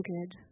Good